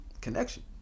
connection